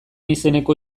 izeneko